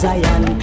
Zion